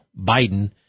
Biden